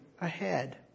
ahead